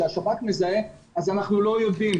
שהשב"כ מזהה - אנחנו לא יודעים.